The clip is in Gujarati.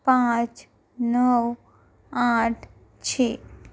પાંચ નવ આઠ છે